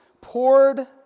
poured